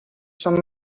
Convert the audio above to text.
són